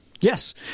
Yes